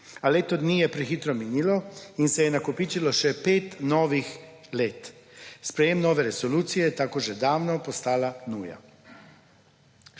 a leto dni je prehitro minilo in se je nakopičilo še pet novih let. Sprejem nove resolucije tako že davno je postala nuja.